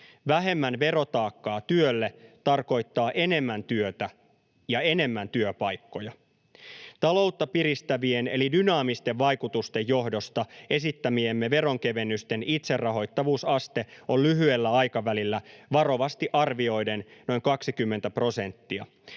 Vähemmän verotaakkaa työlle tarkoittaa enemmän työtä ja enemmän työpaikkoja. Taloutta piristävien eli dynaamisten vaikutusten johdosta esittämiemme veronkevennysten itserahoittavuusaste on lyhyellä aikavälillä varovasti arvioiden noin 20 prosenttia.